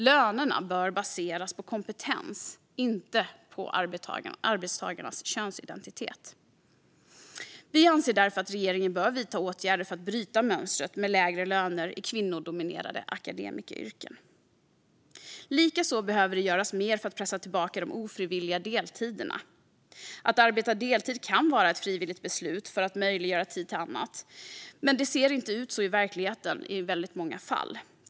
Lönerna bör baseras på kompetens, inte på arbetstagarnas könsidentitet. Vi anser därför att regeringen bör vidta åtgärder för att bryta mönstret med lägre löner i kvinnodominerade akademikeryrken. Likaså behöver det göras mer för att pressa tillbaka de ofrivilliga deltiderna. Att arbeta deltid kan vara ett frivilligt beslut för att möjliggöra tid till annat. Men det ser inte ut så i verkligheten i väldigt många fall.